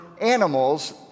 animals